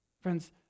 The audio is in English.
Friends